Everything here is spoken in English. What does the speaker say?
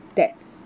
that